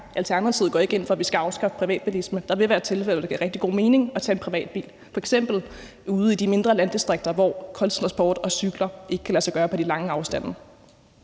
Alternativet går ikke ind for, at vi skal afskaffe privatbilisme. Der vil være tilfælde, hvor det giver rigtig god mening at tage en privatbil, f.eks. ude i de mindre landdistrikter, hvor kollektiv transport og cykling ikke kan lade sig gøre på de lange afstande.